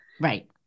Right